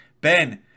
Ben